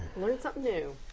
learn something new.